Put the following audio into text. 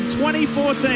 2014